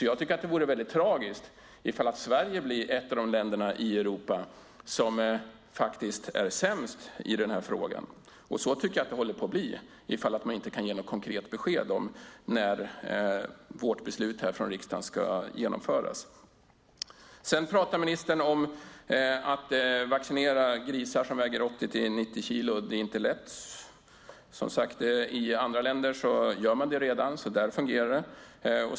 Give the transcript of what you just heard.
Jag tycker att det vore tragiskt ifall Sverige blir ett av de länder i Europa som är sämst i den här frågan, och så tycker jag att det håller på att bli ifall man inte kan ge något konkret besked om när vårt beslut här från riksdagen ska genomföras. Ministern pratar om att vaccinera grisar som väger 80-90 kilo och att det inte är lätt. Som sagt gör man det redan i andra länder, och där fungerar det.